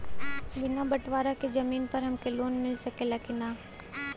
बिना बटवारा के जमीन पर हमके लोन मिल सकेला की ना?